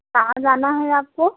कहाँ जाना है आपको